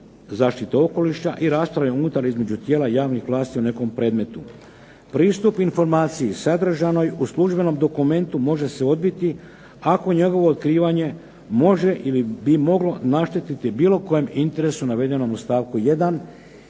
zaštite okoliša i rastroja unutar između tijela javnih vlasti o nekom predmetu. Pristup informaciji sadržanoj u službenom dokumentu može se odbiti ako njegovo otkrivanje može ili bi moglo naštetiti bilo kojem interesu navedenom u stavku 1.